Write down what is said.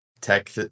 tech